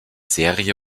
serie